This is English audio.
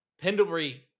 Pendlebury